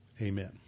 Amen